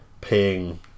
paying